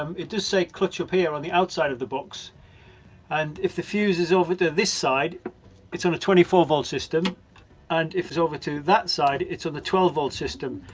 um it does say clutch up here on the outside of the box and if the fuse is over to this side it's on a twenty four volt system and if it's over to that side it's on the twelve volt system.